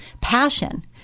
Passion